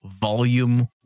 Volume